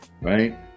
right